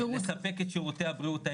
שיעורי הגידול במציאות,